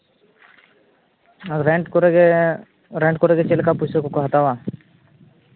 rent ᱠᱚᱨᱮ ᱜᱮ rent ᱠᱚᱨᱮ ᱜᱮ ᱪᱮᱫ ᱞᱮᱠᱟ ᱯᱩᱭᱥᱟᱹ ᱠᱚᱠᱚ ᱦᱟᱛᱟᱣᱟ